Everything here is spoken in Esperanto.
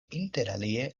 interalie